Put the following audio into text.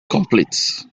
complete